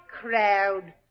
crowd